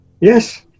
Yes